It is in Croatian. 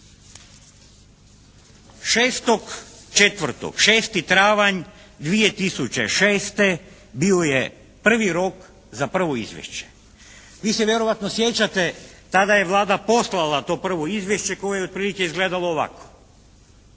2006. bio je prvi rok za prvo izvješće. Vi se vjerojatno sjećate tada je Vlada poslala to prvo izvješće koje je otprilike izgledalo ovako